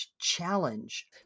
challenge